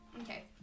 Okay